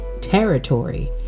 territory